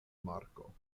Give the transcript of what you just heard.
marko